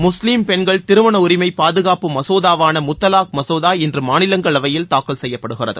முஸ்லிம் பெண்கள் திருமண உரிமை பாதுகாப்பு மசோதாவான முத்தவாக் மசோதா இன்று மாநிலங்களவையில் தாக்கல் செய்யப்படுகிறது